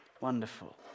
Wonderful